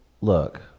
look